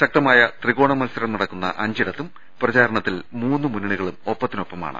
ശക്ത മായ ത്രികോണ മത്സരം നടക്കുന്ന അഞ്ചിടത്തും പ്രചാരണത്തിൽ മൂന്ന് മുന്നണികളും ഒപ്പത്തിനൊപ്പമാണ്